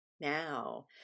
Now